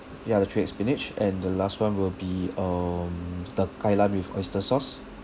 ya the three egg spinach and the last [one] will be um the kai lan with oyster sauce